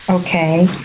okay